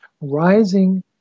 rising